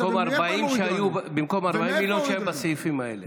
במקום 40 מיליון שהיו בסעיפים האלה.